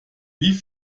wie